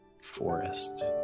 forest